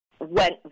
went